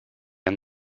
han